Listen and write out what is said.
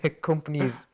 companies